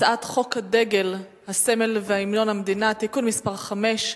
הצעת חוק הדגל, הסמל והמנון המדינה (תיקון מס' 5)